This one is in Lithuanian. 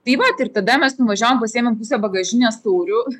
taip vat ir tada mes nuvažiavom pasiėmėm pusę bagažinės taurių